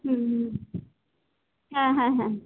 হুম হ্যাঁ হ্যাঁ হ্যাঁ